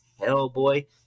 Hellboy